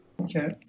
Okay